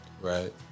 Right